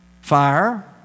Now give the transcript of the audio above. Fire